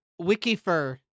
Wikifur